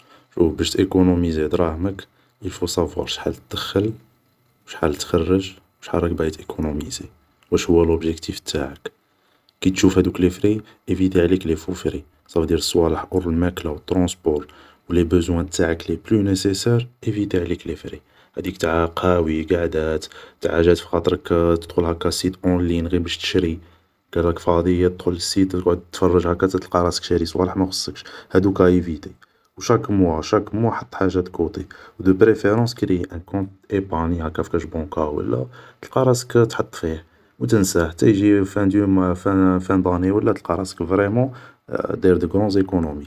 شو باش تايكونوميزي دراهمك, ايل فو صافوار شحال دخل و شحال تخرج و شحال باغي تايكونوميزي و واش هو الابجاكتيف تاعك, كي تشوف هادوك لي فري, ايفيتي عليك لي فو فري, صافودير الصوالح اور الماكلة و الطرونسبور ة لي بوزوان تاعك لي بلو نيسيسار, ايفيتي عليك لي فري, هاديك تاع قهاوي, قعدات, جات فخاطرك دخل هاكا سيت اون لين غي باش تشري, راك فاضي تدخل للسيت تقعد تتفرج هاكا حتى تلقى راسك شاري صوالح ما خصكش, هادوك ا ايفيتي, و شاك موا, شاك موا حط حاجة دو كوطي, دو بريفيرونس كريي ان كونط ايبارني هاكا في كاش بونكا ولا تلقى راسك تحط فيه و تنساه حتى يجي فان دو موا فان داني تلقا راسك فريمون داير دي قرون ايكونومي